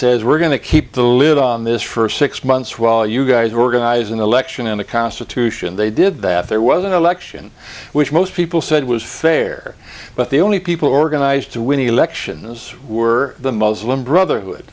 says we're going to keep the lid on this for six months while you guys organize an election in the constitution they did that there was an election which most people said was fair but the only people organized to win elections were the muslim brotherhood